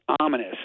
ominous